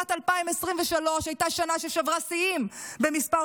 שנת 2023 הייתה שנה ששברה שיאים במספר